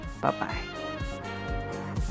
bye-bye